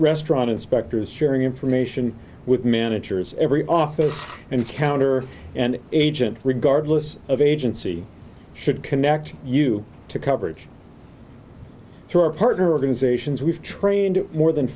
restaurant inspectors sharing information with managers every office and counter and agent regardless of agency should connect you to coverage through our partner organizations we've trained more than